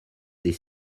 des